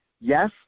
Yes